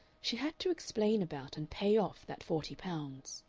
she had to explain about and pay off that forty pounds.